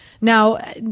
Now